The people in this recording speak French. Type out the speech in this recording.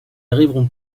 arriverons